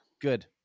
good